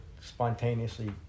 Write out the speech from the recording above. spontaneously